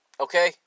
Okay